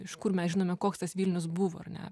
iš kur mes žinome koks tas vilnius buvo ar ne